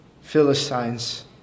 Philistines